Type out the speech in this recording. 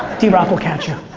drock will catch ya.